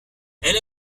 elle